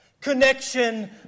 Connection